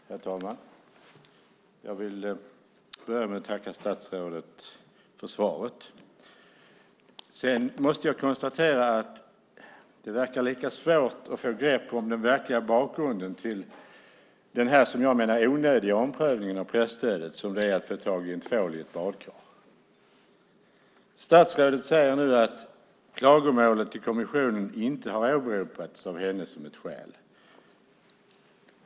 Herr talman! Jag vill börja med att tacka statsrådet för svaret. Jag måste konstatera att det verkar vara lika svårt att få grepp om den verkliga bakgrunden till den onödiga omprövningen av presstödet som det är att få tag på en tvål i ett badkar. Statsrådet säger nu att klagomålet till kommissionen inte har åberopats av henne som ett skäl.